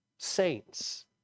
Saints